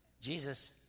Jesus